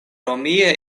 romia